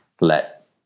let